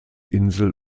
insel